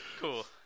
Cool